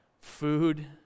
food